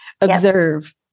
observe